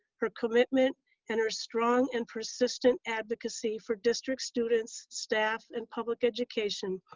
her commitment and her strong and persistent advocacy for district students, staff, and public education,